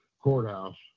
courthouse